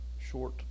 short